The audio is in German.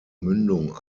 mündung